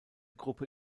gruppe